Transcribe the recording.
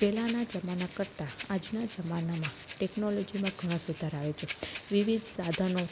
પહેલાંના જમાના કરતાં આજના જમાનામાં ટેકનોલોજીમાં ઘણો સુધાર આવ્યો છે વિવિધ સાધનો